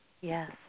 Yes